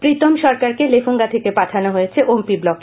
প্রীতম সরকারকে লেফুঙ্গা থেকে পাঠানো হয়েছে অম্পি ব্লকে